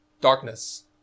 Darkness